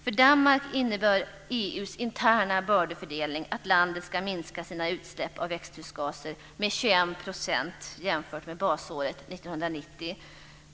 För Danmark innebär EU:s interna bördefördelning att landet ska minska sina utsläpp av växthusgaser med 21 % jämfört med basåret 1990.